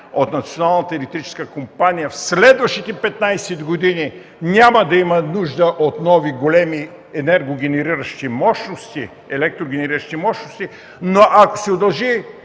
от Националната електрическа компания, в следващите 15 години няма да има нужда от нови големи електрогенериращи мощности, но ако се удължи